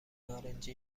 نارنجی